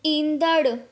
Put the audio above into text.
ईंदड़ु